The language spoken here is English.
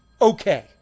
okay